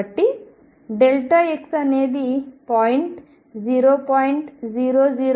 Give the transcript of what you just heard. కాబట్టి x అనేది point 0